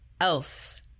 else